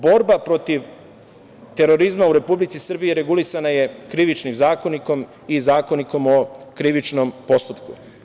Borba protiv terorizma u Republici Srbiji regulisana je Krivičnim zakonikom i Zakonikom o krivičnom postupku.